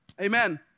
Amen